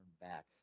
back